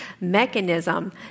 mechanism